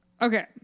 Okay